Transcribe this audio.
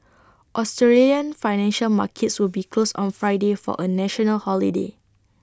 Australian financial markets will be closed on Friday for A national holiday